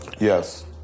Yes